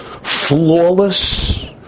flawless